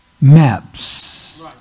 maps